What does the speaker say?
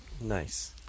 nice